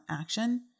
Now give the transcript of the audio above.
action